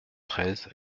treize